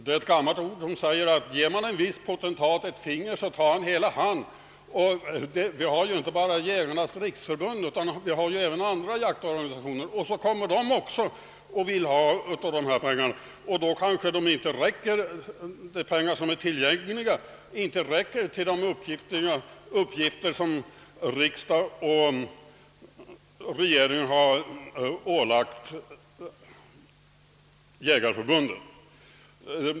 Ett gammalt ordspråk säger att om man ger en viss potentat ett finger tar han hela handen, och vi har ju inte bara Jägarnas riksförbund utan även andra jaktorganisationer. Så kommer också dessa och vill ha av de här pengarna och då räcker kanske inte de tillgängliga medlen för de uppgifter som riksdag och regering ålagt Svenska jägareförbundet.